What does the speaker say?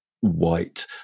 white